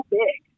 big